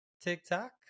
TikTok